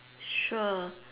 sure